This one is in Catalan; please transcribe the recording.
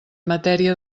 matèria